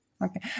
Okay